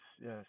Yes